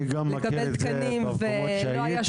אני גם מכיר את זה במקומות שהייתי,